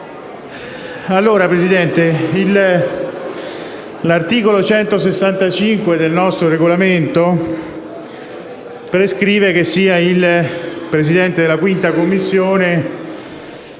Signor Presidente, l'articolo 165 del nostro Regolamento prescrive che sia il Presidente della 5a Commissione